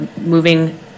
moving